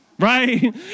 Right